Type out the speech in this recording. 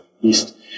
East